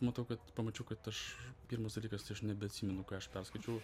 matau kad pamačiau kad aš pirmas dalykas tai aš nebeatsimenu ką aš perskaičiau